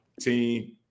team